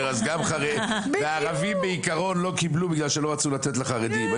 אז גם חרדים וערבים בעיקרון לא קיבלו בגלל שלא רצו לתת לחרדים.